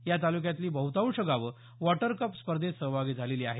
या तालुक्यातली बहुतांश गावं वॉटर कप स्पर्धेत सहभागी झालेली आहेत